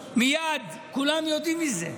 מייד כולם יודעים על זה,